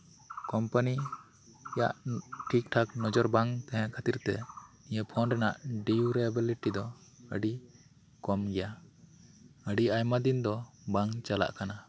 ᱠᱚᱢᱯᱟᱱᱤᱭᱟᱜ ᱴᱷᱤᱠᱴᱷᱟᱠ ᱱᱚᱡᱚᱨ ᱵᱟᱝ ᱛᱟᱦᱮᱸ ᱠᱷᱟᱹᱛᱤᱨ ᱛᱮ ᱱᱤᱭᱟᱹ ᱯᱷᱳᱱ ᱨᱮᱭᱟᱜ ᱰᱤᱣᱩᱨᱮᱵᱮᱞᱤᱴᱤ ᱫᱚ ᱟᱹᱰᱤ ᱠᱚᱢᱜᱮᱭᱟ ᱟᱹᱰᱤ ᱟᱭᱢᱟ ᱫᱤᱱ ᱫᱚ ᱵᱟᱝ ᱪᱟᱞᱟᱜ ᱠᱟᱱᱟ